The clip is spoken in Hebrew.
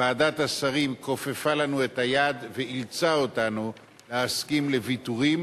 ועדת השרים כופפה לנו את היד ואילצה אותנו להסכים לוויתורים,